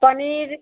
paneer